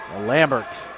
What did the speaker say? Lambert